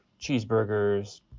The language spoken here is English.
cheeseburgers –